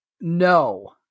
No